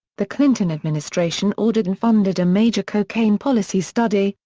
the clinton administration ordered and funded a major cocaine policy study,